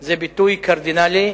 זה ביטוי קרדינלי,